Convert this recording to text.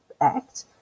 act